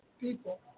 people